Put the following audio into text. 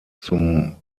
zum